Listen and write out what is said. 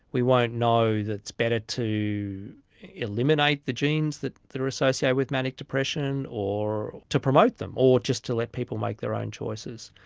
we won't know if it's better to eliminate the genes that that are associated with manic depression or to promote them, or just to let people make their own choices.